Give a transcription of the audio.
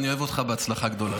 אני אוהב אותך, בהצלחה גדולה.